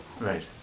Right